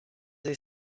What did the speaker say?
they